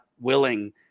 willing